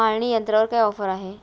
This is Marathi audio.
मळणी यंत्रावर काय ऑफर आहे?